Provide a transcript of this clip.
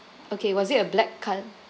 okay was it a black colour